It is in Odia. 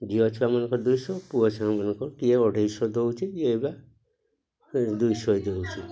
ଝିଅ ଛୁଆମାନଙ୍କ ଦୁଇଶହ ପୁଅ ଛୁଆମାନଙ୍କ ଟିକେ ଅଢ଼େଇଶହ ଦେଉଛି ଏବା ଦୁଇଶହ ଦେଉଛି